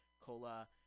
COLA